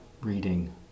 reading